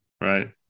right